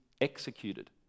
executed